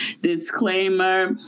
Disclaimer